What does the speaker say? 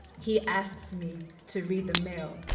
he asks me to read the mail.